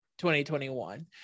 2021